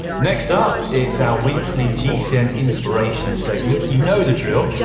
next up, it's our weekly gcn inspiration segment. you know the drill,